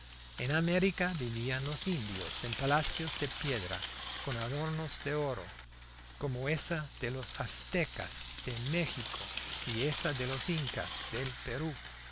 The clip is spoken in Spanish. en américa vivían los indios en palacios de piedra con adornos de oro como ese de los aztecas de méxico y ese de los incas del perú